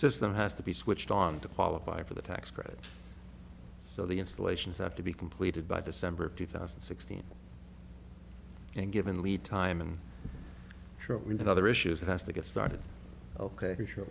system has to be switched on to qualify for the tax credit so the installations have to be completed by december of two thousand and sixteen and given lead time i'm sure we can other issues has to get started ok sure